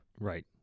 right